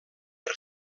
per